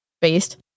Based